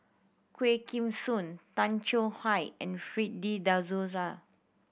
Quah Kim Song Tay Chong Hai and Fred De Souza